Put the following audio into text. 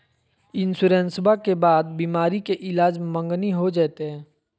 इंसोरेंसबा के बाद बीमारी के ईलाज मांगनी हो जयते?